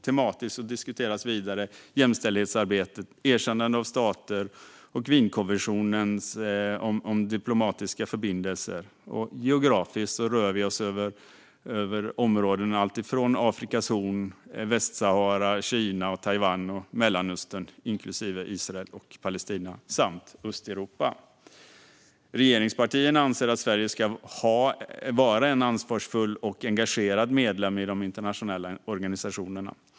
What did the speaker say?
Tematiskt diskuteras vidare jämställdhetsarbetet, erkännande av stater och Wienkonventionen om diplomatiska förbindelser. Geografiskt rör vi oss över områden som Afrikas horn, Västsahara, Kina och Taiwan, Mellanöstern, inklusive Israel och Palestina, och Östeuropa. Regeringspartierna anser att Sverige ska vara en ansvarsfull och engagerad medlem i de internationella organisationerna.